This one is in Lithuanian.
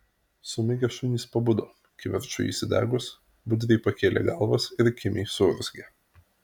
sumigę šunys pabudo kivirčui įsidegus budriai pakėlė galvas ir kimiai suurzgė